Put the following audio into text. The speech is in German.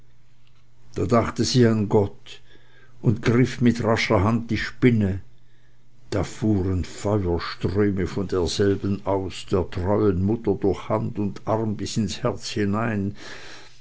da dachte sie an gott und griff mit rascher hand die spinne da fuhren feuerströme von derselben aus der treuen mutter durch hand und arm bis ins herz hinein